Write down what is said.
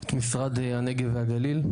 את משרד הנגב והגליל.